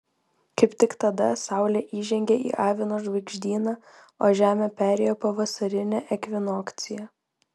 kaip tik tada saulė įžengė į avino žvaigždyną o žemė perėjo pavasarinę ekvinokciją